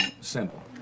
Simple